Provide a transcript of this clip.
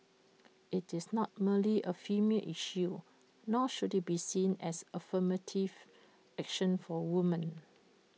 IT is not merely A female issue nor should IT be seen as affirmative action for women